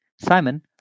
simon